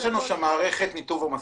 יש שם מערכת ניתוב עומסים.